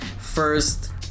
first